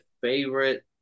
favorite